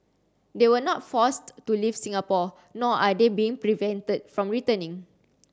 they were not forced to leave Singapore nor are they being prevented from returning